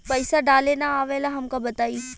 पईसा डाले ना आवेला हमका बताई?